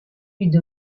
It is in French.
lui